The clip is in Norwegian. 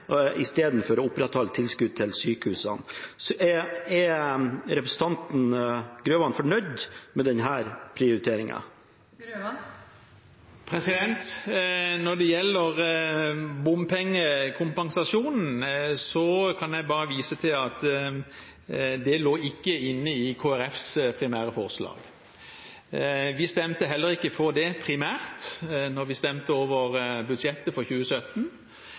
å opprettholde tilskudd til sykehusene. Er representanten Grøvan fornøyd med denne prioriteringen? Når det gjelder bompengekompensasjonen, kan jeg bare vise til at dette lå ikke inne i Kristelig Folkepartis primære forslag. Vi stemte heller ikke for det primært da vi stemte over budsjettet for 2017.